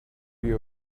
you